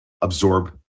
absorb